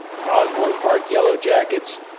osborne park yellow jackets,